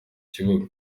kibuga